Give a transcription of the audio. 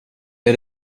men